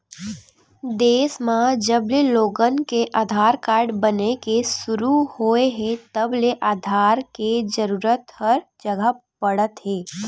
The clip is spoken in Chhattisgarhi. देस म जबले लोगन के आधार कारड बने के सुरू होए हे तब ले आधार के जरूरत हर जघा पड़त हे